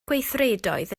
gweithredoedd